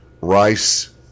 rice